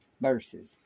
verses